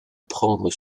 prendre